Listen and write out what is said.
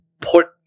put